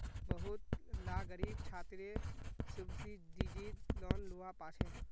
बहुत ला ग़रीब छात्रे सुब्सिदिज़ेद लोन लुआ पाछे